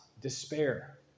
despair